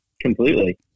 Completely